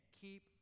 keep